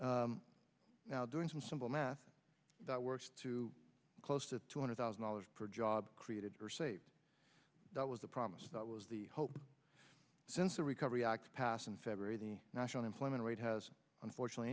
now doing some simple math that works to close to two hundred thousand dollars per job created or saved that was a promise that was the hope since the recovery act passed in february the national employment rate has unfortunately